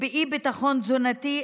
ובאי-ביטחון תזונתי,